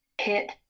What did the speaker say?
hit